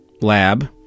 lab